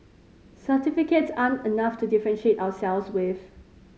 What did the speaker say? certificates aren't enough to differentiate ourselves with